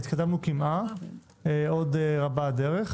התקדמנו קמעא, עוד רבה הדרך.